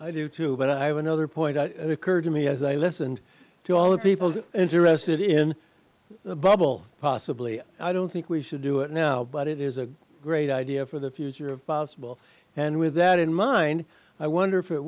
i do too but i have another point occurred to me as i listened to all the people interested in the bubble possibly i don't think we should do it now but it is a great idea for the future of possible and with that in mind i wonder if it